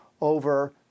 over